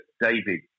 David